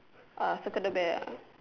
uh circle the bear ah